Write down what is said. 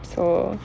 so